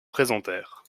présentèrent